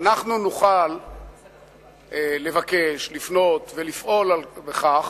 אנחנו נוכל לבקש, לפנות, לפעול לכך